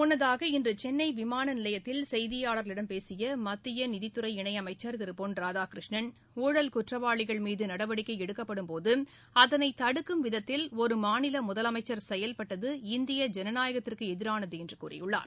முன்னதாக இன்று சென்னை விமான நிலையத்தில் செய்தியாளர்களிடம் பேசிய மத்திய நிதித்துறை இணை அமைச்சர் திரு பொன் ராதாகிருஷ்ணன் ஊழல் குற்றவாளிகள் மீது நடவடிக்கை எடுக்கப்படும்போது அதளை தடுக்கும் விதத்தில் ஒரு மாநில முதலமைச்சி செயல்பட்டது இந்திய ஜனநாயகத்திற்கு எதிரானது என்று கூறியுள்ளார்